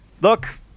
look